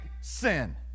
sin